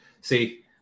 See